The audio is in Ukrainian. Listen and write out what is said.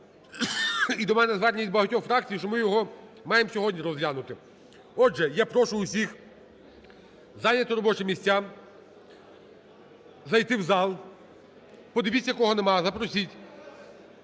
і до мене звернулися від багатьох фракцій, що ми його маємо сьогодні розглянути. Отже, я прошу всіх зайняти робочі місця, зайти в зал, подивіться кого нема, запросіть.